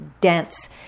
dense